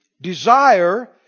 Desire